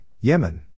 Yemen